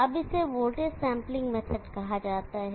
अब इसे voltage sampling method कहा जाता है